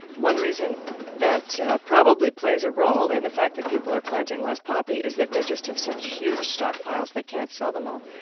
one reason that probably plays a role in and the fact that people are planting less poppy, is that they just have such huge stockpiles, they can't sell them all.